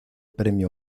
premio